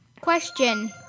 Question